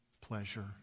pleasure